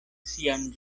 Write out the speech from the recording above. sian